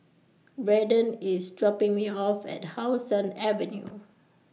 Braydon IS dropping Me off At How Sun Avenue